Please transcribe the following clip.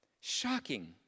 Shocking